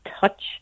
touch